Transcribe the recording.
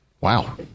Wow